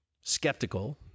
skeptical